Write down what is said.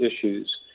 issues